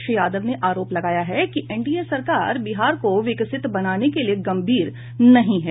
श्री यादव ने आरोप लगाया है कि एनडीए सरकार बिहार को विकसित बनाने के लिए गंभीर नहीं है